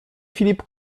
filip